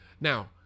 Now